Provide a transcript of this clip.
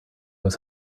was